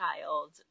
child